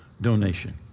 donation